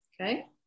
okay